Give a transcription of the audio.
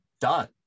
done